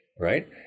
right